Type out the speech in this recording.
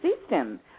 system